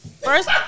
First